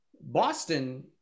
Boston